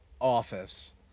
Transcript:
office